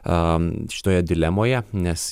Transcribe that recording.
a šitoje dilemoje nes